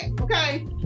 okay